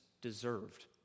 deserved